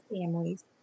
families